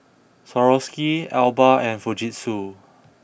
Swarovski Alba and Fujitsu